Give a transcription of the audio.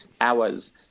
hours